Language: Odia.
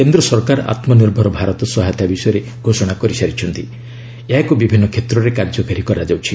କେନ୍ଦ୍ର ସରକାର ଆତ୍ମନିର୍ଭର ଭାରତ ସହାୟତା ବିଷୟରେ ଘୋଷଣା କରିସାରିଛନ୍ତି ଏହାକୁ ବିଭିନ୍ନ କ୍ଷେତ୍ରରେ କାର୍ଯ୍ୟକାରୀ କରାଯାଉଛି